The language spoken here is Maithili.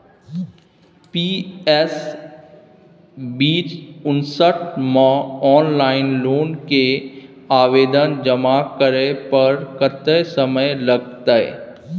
पी.एस बीच उनसठ म ऑनलाइन लोन के आवेदन जमा करै पर कत्ते समय लगतै?